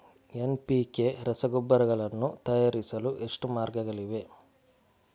NPK ರಸಗೊಬ್ಬರಗಳನ್ನು ತಯಾರಿಸಲು ಎಷ್ಟು ಮಾರ್ಗಗಳಿವೆ?